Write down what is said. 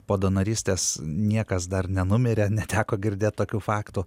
po donorystės niekas dar nenumirė neteko girdėt tokių faktų